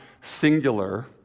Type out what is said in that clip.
singular